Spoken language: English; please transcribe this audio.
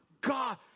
God